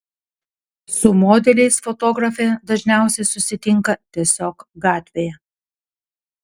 su modeliais fotografė dažniausiai susitinka tiesiog gatvėje